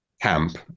camp